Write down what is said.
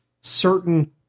certain